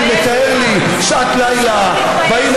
אני מתאר לי שעת לילה, תתבייש לך.